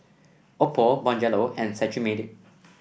Oppo Bonjela and Cetrimide